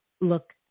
look